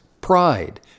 pride